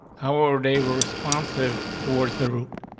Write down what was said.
how old? they were responsive towards the route,